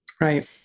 Right